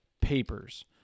papers